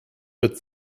wird